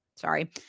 Sorry